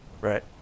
Right